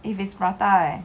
if it's prata leh